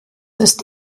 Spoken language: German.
ist